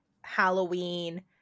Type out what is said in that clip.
halloween